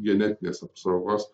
genetinės apsaugos